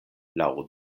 laŭ